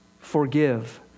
forgive